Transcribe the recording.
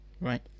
right